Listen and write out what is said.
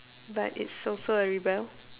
but it's also a rebel